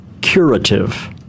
curative